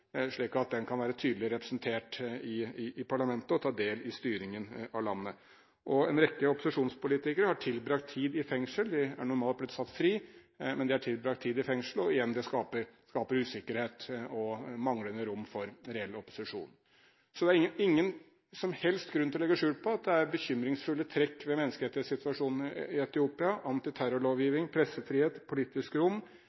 slik at den kan være tydelig representert i parlamentet og ta del i styringen av landet. En rekke opposisjonspolitikere har tilbrakt tid i fengsel. De er nå blitt satt fri, men de har tilbrakt tid i fengsel, og igjen – det skaper usikkerhet og manglende rom for den reelle opposisjonen. Så det er ingen som helst grunn til å legge skjul på at det er bekymringsfulle trekk ved menneskerettighetssituasjonen i Etiopia